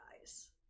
guys